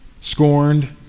scorned